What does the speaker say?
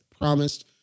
promised